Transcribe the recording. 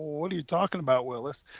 what are you talking about willis?